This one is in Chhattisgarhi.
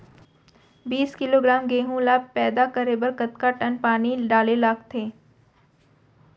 बीस किलोग्राम गेहूँ ल पैदा करे बर कतका टन पानी डाले ल लगथे?